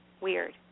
weird